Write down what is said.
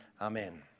amen